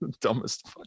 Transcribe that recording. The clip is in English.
dumbest